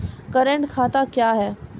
Current खाता क्या हैं?